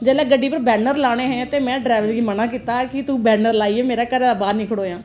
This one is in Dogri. जिसलै गड्डी उपर वैनर लाने हे ते में ड्राइवर गी मना कीता कि तू बैनर लाइयै मेरा घरे दे बाहर नेईं खड़ोएआं